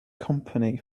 company